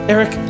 Eric